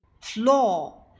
Floor